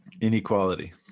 Inequality